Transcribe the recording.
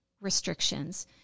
restrictions